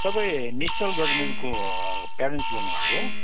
तपाईँ निश्चल गजमेरको प्यारेन्ट्स बोल्नुभएको हो